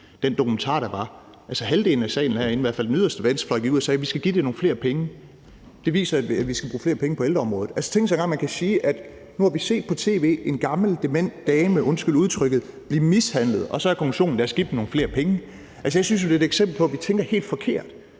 den dokumentar, der var. Halvdelen af salen herinde, i hvert fald den yderste venstrefløj, gik ud og sagde, at vi skal give det nogle flere penge, og at det viser, at vi skal bruge flere penge på ældreområdet. Tænk sig engang, at man kan sige det. Nu har vi på tv set en gammel dement dame, undskyld udtrykket, blive mishandlet, og så er konklusionen: Lad os give dem nogle flere penge. Jeg synes jo, det er et eksempel på, at vi tænker helt forkert.